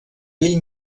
bell